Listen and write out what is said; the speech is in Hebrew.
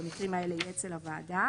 במקרים האלה יהיה אצל הוועדה,